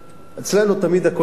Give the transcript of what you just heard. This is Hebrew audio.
אצלנו תמיד הכול קשה.